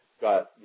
got